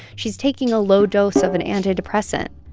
she's taking a low dose of an antidepressant.